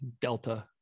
Delta